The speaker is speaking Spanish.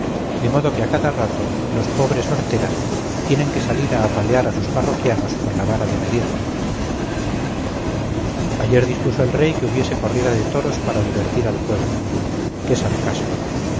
de modo que a cada rato los pobres horteras tienen que salir a apalear a sus parroquianos con la vara de medir ayer dispuso el rey que hubiese corrida de toros para divertir al pueblo qué sarcasmo